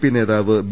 P നേതാവ് B